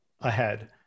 ahead